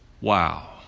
wow